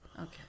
Okay